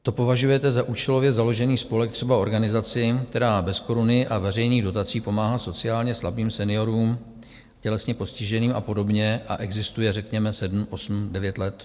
To považujete za účelově založený spolek třeba organizaci, která bez koruny a veřejných dotací pomáhá sociálně slabým, seniorům, tělesně postiženým a podobně a existuje řekněme sedm, osm, devět let?